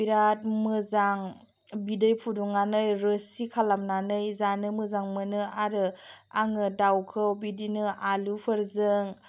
बेराद मोजां बिदै फुदुंनानै रोसि खालामनानै जानो मोजां मोनो आरो आङो दाउखौ बिदिनो आलुफोरजों